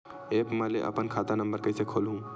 App म ले अपन खाता नम्बर कइसे खोलहु?